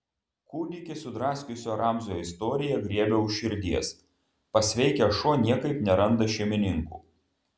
kūdikį sudraskiusio ramzio istorija griebia už širdies pasveikęs šuo niekaip neranda šeimininkų